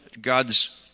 God's